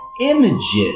images